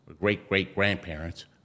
great-great-grandparents